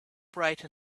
bright